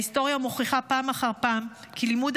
ההיסטוריה מוכיחה פעם אחר פעם כי לימוד